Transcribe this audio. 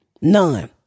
None